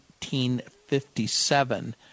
1957